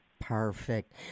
Perfect